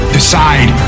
decide